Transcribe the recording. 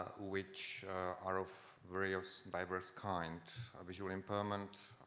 which are of various, diverse kind, visual impairment,